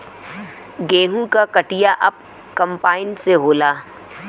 गेंहू क कटिया अब कंपाइन से होला